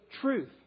truth